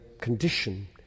condition